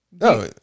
No